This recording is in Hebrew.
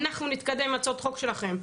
אנחנו נתקדם עם הצעות החוק שלכן,